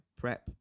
prep